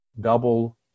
double